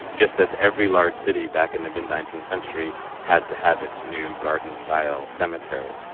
just as every large city back in the mid nineteenth century had to have its new garden style cemetery.